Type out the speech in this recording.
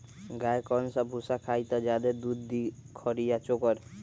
गाय कौन सा भूसा खाई त ज्यादा दूध दी खरी या चोकर?